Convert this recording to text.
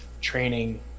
training